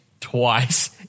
twice